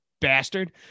bastard